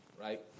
right